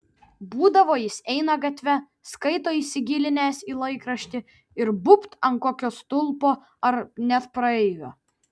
būdavo jis eina gatve skaito įsigilinęs į laikraštį ir būbt ant kokio stulpo ar net praeivio